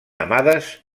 amades